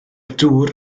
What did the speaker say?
dŵr